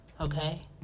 Okay